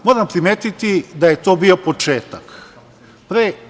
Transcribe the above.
Moram primetiti da je to bio početak.